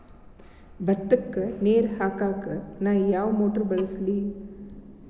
ಭತ್ತಕ್ಕ ನೇರ ಹಾಕಾಕ್ ನಾ ಯಾವ್ ಮೋಟರ್ ಬಳಸ್ಲಿ?